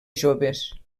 joves